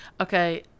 Okay